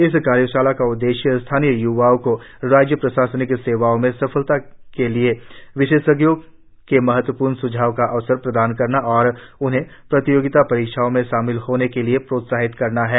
इस कार्यशाला का उद्देश्य स्थानीय य्वाओं को राज्य प्रशासनिक सेवाओं में सफलता के लिए विशेषज्ञों के महत्वपूर्ण स्झाव का अवसर प्रदान करना और उन्हें प्रतियोगिता परीक्षाओं में शामिल होने के लिए प्रोत्साहित करना है